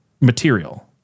material